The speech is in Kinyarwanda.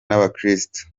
n’abakirisitu